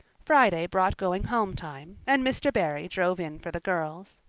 friday brought going-home time, and mr. barry drove in for the girls.